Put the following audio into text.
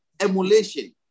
emulation